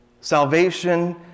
Salvation